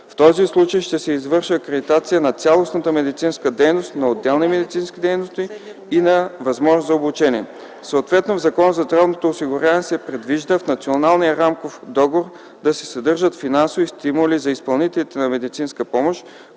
В този случай ще се извършва акредитация на цялостната медицинска дейност, на отделните медицински дейности и на възможностите за обучение. Съответно в Закона за здравното осигуряване се предвижда в Националния рамков договор да се съдържат финансови стимули за изпълнителите на медицинска помощ,